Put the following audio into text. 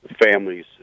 families